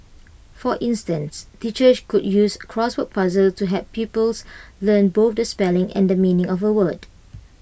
for instance teachers could use crossword puzzles to help pupils learn both the spelling and the meaning of A word